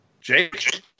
Jake